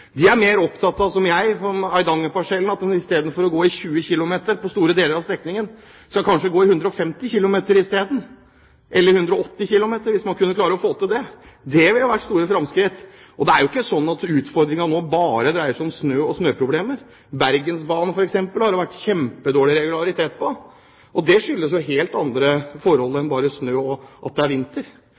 de er mer opptatt av om Eidangerparsellen, i stedet for å gå i 20 km/t på store deler av strekningen kanskje heller skal gå i 150 km/t isteden – eller i 180 km/t, hvis man klarer å få til det. Det ville vært store framskritt. Det er jo ikke slik at utfordringene nå bare dreier seg om snø og snøproblemer. Det har f.eks. vært kjempedårlig regularitet på Bergensbanen, og det skyldes jo helt andre forhold enn bare snø og at det er vinter.